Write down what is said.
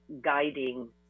guiding